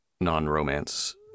non-romance